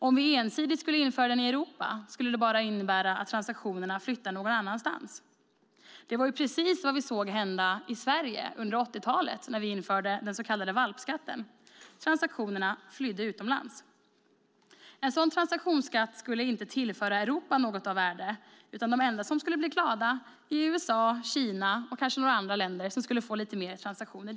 Om vi ensidigt skulle införa den i Europa skulle det bara innebära att transaktionerna flyttar någon annanstans. Det var precis vad vi såg hända i Sverige under 80-talet när vi införde den så kallade valpskatten. Transaktionerna flydde utomlands. En sådan transaktionsskatt skulle inte tillföra Europa något av värde, utan de enda som skulle bli glada är USA, Kina och kanske några andra länder som skulle få lite mer transaktioner.